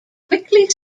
quickly